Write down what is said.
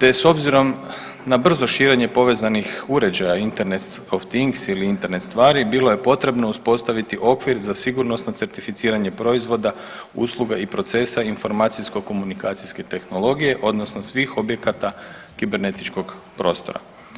te s obzirom na brzo širenje povezanih uređaja Internet of things ili Internet stvari bilo je potrebno uspostaviti okvir za sigurnosno certificiranje proizvoda, usluga i procesa informacijsko komunikacijske tehnologije odnosno svih objekata kibernetičkog prostora.